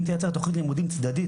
אם תייצר תוכנית לימודים צדדית,